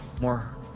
more